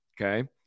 Okay